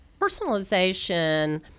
Personalization